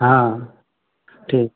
हाँ हाँ ठीक